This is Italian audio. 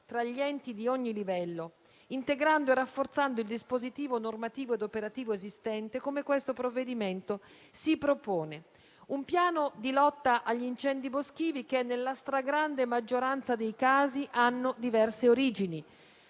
tra gli enti di ogni livello, integrando e rafforzando il dispositivo normativo ed operativo esistente, come questo provvedimento si propone. Un piano di lotta agli incendi boschivi, che nella stragrande maggioranza dei casi hanno diverse origini,